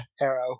arrow